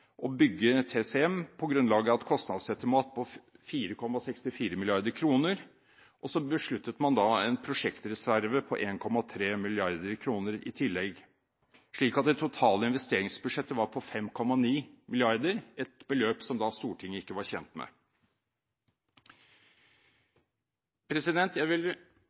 å bygge TCM på grunnlag av et kostnadsestimat på 4,64 mrd. kr. Så besluttet man en prosjektreserve på 1,3 mrd. kr i tillegg. Det totale investeringsbudsjettet var på 5,9 mrd. kr, et beløp som Stortinget da ikke var kjent med. Jeg vil